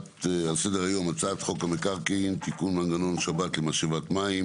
על סדר היום: הצעת חוק המקרקעין (תיקון מנגנון שבת למשאבת מים),